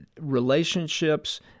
relationships